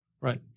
right